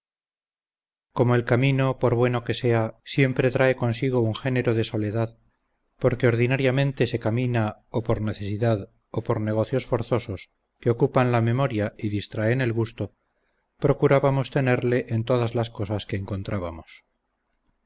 como el camino por bueno que sea siempre trae consigo un género de soledad porque ordinariamente se camina o por necesidad o por negocios forzosos que ocupan la memoria y distraen el gusto procurábamos tenerle en todas las cosas que encontrábamos